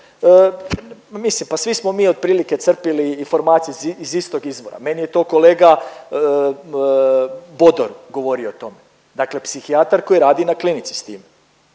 mislim pa svi smo mi otprilike crpili informacije iz istog izvora. Meni je to kolega Bodor govorio o tome, dakle psihijatar koji radi na klinici s time.